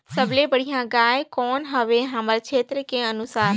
सबले बढ़िया गाय कौन हवे हमर क्षेत्र के अनुसार?